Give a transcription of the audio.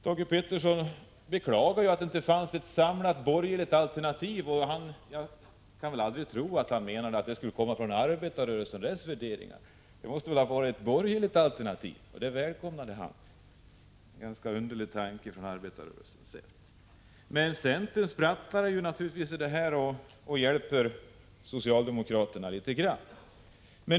Thage Peterson beklagade att det inte fanns ett samlat borgerligt alternativ. Jag kan väl aldrig tro att han menade att det skulle komma från arbetarrörelsen och ha dess värderingar, utan det måste ha varit ett borgerligt alternativ som han välkomnade. Det är en ganska underlig tanke, sett från arbetarrörelsens sida. Centern hjälper naturligtvis ändå socialdemokraterna litet grand.